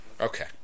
Okay